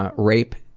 ah rape,